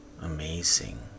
amazing